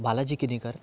Balaji Kinikar